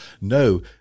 No